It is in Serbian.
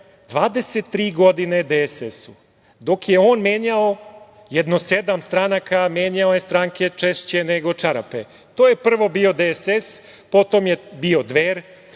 23 godine DSS-u, dok je on menjao jedno sedam stranaka, menjao je stranke češće nego čarape. To je prvo bio DSS, potom je bio Dver,